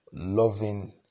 Loving